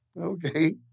okay